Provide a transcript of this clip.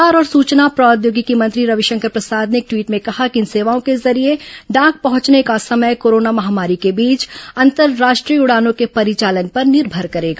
संचार और सूचना प्रौद्योगिकी मंत्री रविशंकर प्रसाद ने एक टवीट में कहा कि इन सेवाओ के जरिए डाक पहंचने का समय कोरोना महामारी के बीच अंतरराष्ट्रीय उडानों के परिचालन पर निर्भर करेगा